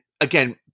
again